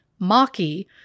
Maki